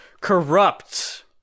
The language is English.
Corrupt